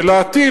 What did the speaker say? ולהטיל,